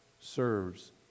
serves